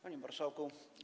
Panie Marszałku!